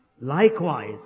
Likewise